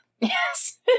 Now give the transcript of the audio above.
Yes